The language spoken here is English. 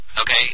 Okay